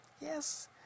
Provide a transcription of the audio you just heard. Yes